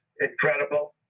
incredible